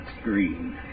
screen